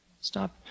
Stop